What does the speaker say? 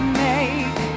make